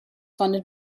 funded